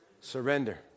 Surrender